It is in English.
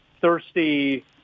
thirsty